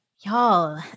y'all